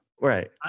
Right